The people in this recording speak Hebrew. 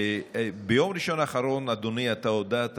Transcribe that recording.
ביום ראשון האחרון, אדוני, אתה הודעת